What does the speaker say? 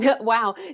Wow